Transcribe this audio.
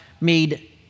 made